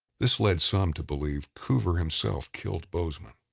this led some to believe cover himself killed bozeman.